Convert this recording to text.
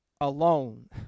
Alone